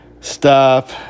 stop